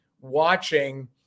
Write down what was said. watching